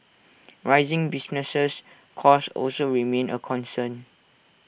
rising business costs also remain A concern